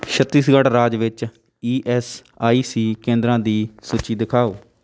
ਛੱਤੀਸਗੜ੍ਹ ਰਾਜ ਵਿੱਚ E S I C ਕੇਂਦਰਾਂ ਦੀ ਸੂਚੀ ਦਿਖਾਓ